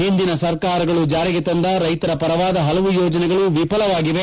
ಹಿಂದಿನ ಸರ್ಕಾರಗಳು ಜಾರಿಗೆ ತಂದ ರೈತರ ಪರವಾದ ಹಲವು ಯೋಜನೆಗಳು ವಿಫಲವಾಗಿವೆ